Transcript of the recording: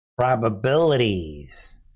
Probabilities